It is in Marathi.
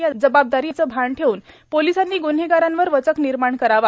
या जबाबदारीचे भान ठेऊन पोलिसांनी ग्न्हेगारीवर वचक निर्माण करावा